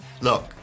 look